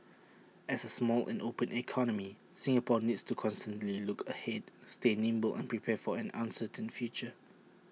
as A small and open economy Singapore needs to constantly look ahead stay nimble and prepare for an uncertain future